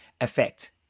effect